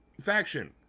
faction